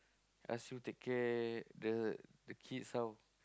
ask you take care the the kids how